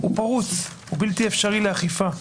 הוא פרוץ, הוא בלתי-אפשרי לאכיפה.